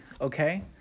Okay